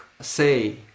say